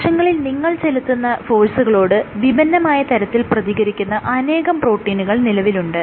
കോശങ്ങളിൽ നിങ്ങൾ ചെലുത്തുന്ന ഫോഴ്സുകളോട് വിഭിന്നമായ തരത്തിൽ പ്രതികരിക്കുന്ന അനേകം പ്രോട്ടീനുകൾ നിലവിലുണ്ട്